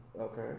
Okay